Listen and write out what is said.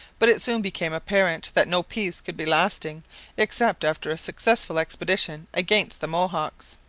but it soon became apparent that no peace could be lasting except after a successful expedition against the mohawks.